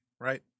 right